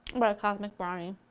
about a cosmic brownie,